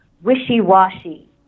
wishy-washy